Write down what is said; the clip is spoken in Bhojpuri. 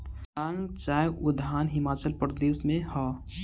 दारांग चाय उद्यान हिमाचल प्रदेश में हअ